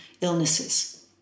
illnesses